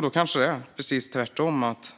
Då är det kanske tvärtom så att